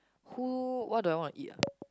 who what do I want to eat ah